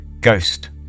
Ghost